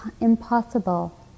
impossible